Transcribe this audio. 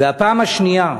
והפעם השנייה,